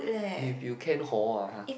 if you can hor ah